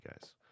guys